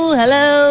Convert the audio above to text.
hello